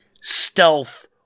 stealth